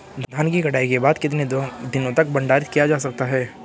धान की कटाई के बाद कितने दिनों तक भंडारित किया जा सकता है?